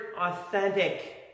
authentic